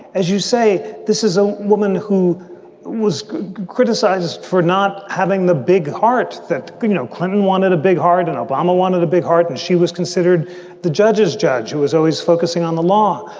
as you say, this is a woman who was criticized for not having the big heart that you know clinton wanted, a big heart and obama wanted a big heart. and she was considered the judge's judge who is always focusing on the law.